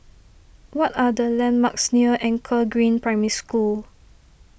what are the landmarks near Anchor Green Primary School